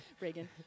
Reagan